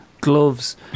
gloves